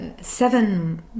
seven